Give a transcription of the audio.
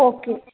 okay